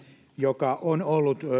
joka on ollut